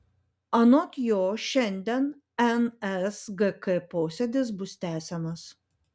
anot jo šiandien nsgk posėdis bus tęsiamas